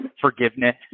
forgiveness